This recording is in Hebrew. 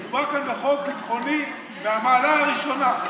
מדובר כאן בחוק ביטחוני מהמעלה הראשונה,